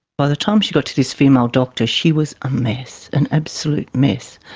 by the time she got to this female doctor she was a mess, an absolute mess,